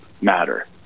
matter